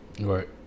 right